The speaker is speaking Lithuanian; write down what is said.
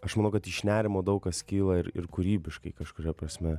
aš manau kad iš nerimo daug kas kyla ir ir kūrybiškai kažkuria prasme